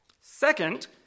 Second